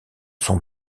son